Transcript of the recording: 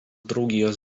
draugijos